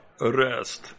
rest